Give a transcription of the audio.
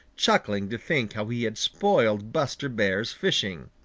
chuckling to think how he had spoiled buster bear's fishing.